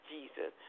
Jesus